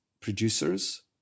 producers